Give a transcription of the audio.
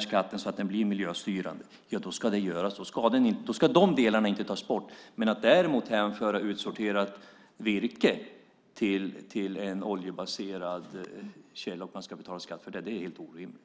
skatten så att den blir miljöstyrande ska de delarna inte tas bort. Att däremot hänföra utsorterat virke till en oljebaserad källa som man därmed måste betala skatt för är orimligt.